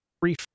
brief